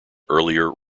earlier